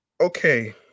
Okay